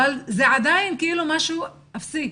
אבל זה עדיין כאילו משהו אפסי.